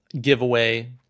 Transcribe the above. giveaway